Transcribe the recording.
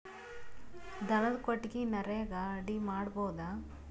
ದನದ ಕೊಟ್ಟಿಗಿ ನರೆಗಾ ಅಡಿ ಮಾಡಬಹುದಾ?